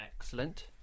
Excellent